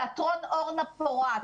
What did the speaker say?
תיאטרון אורנה פורת,